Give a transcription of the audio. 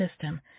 system